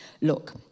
Look